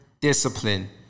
discipline